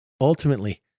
Ultimately